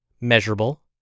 measurable